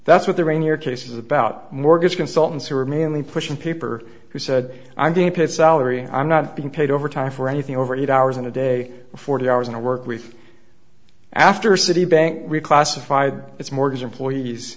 that's what the rainier case is about mortgage consultants who are merely pushing paper who said i'm being paid salary i'm not being paid overtime for anything over eight hours in a day forty hours in a work week after citibank reclassified it's mortgage employees